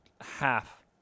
half